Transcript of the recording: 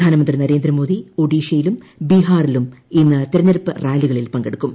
പ്രധാനമന്ത്രി നരേന്ദ്രമോദി ഒഡീഷയിലും ബ്രീഹാറിലും ഇന്ന് തെരഞ്ഞെടുപ്പ് റാലികളിൽ പങ്കെടുക്കും